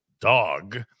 dog